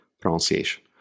pronunciation